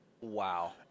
Wow